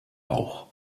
auch